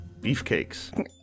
Beefcakes